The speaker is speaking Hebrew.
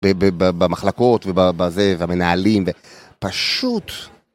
במחלקות ובזה ובמנהלים ו... פשוט...